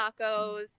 tacos